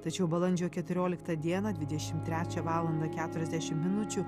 tačiau balandžio keturioliktą dieną dvidešim trečią valandą keturiasdešim minučių